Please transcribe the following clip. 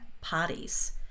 parties